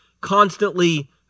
constantly